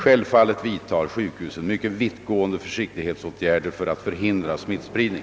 Självfallet vidtar sjukhusen mycket vittgående försiktighetsåtgärder för att förhindra smittspridning.